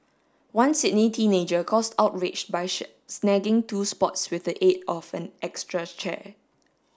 one Sydney teenager caused outrage by snagging two spots with the aid of an extra chair